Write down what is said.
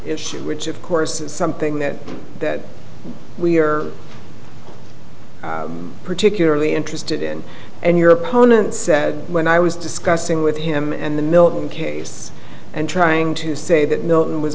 issue which of course is something that we're particularly interested in and your opponent said when i was discussing with him and the milton case and trying to say that milton was